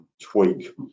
tweak